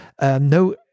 no